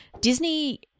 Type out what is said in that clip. Disney